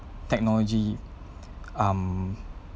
technology um